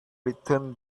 returned